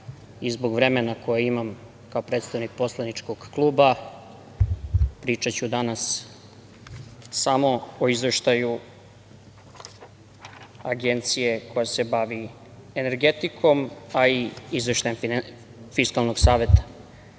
zbog vremena koje imam kao predstavnik poslaničkog kluba, pričaću danas samo o izveštaju Agencije za energetiku i izveštajem Fiskalnog saveta.